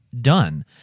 done